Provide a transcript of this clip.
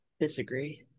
disagree